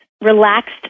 relaxed